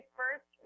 first